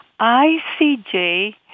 ICJ